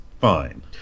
fine